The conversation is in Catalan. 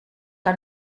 que